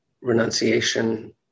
renunciation